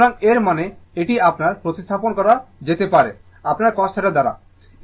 সুতরাং এর মানে এটি আপনার প্রতিস্থাপন করা যেতে পারে আপনার cos θ দ্বারা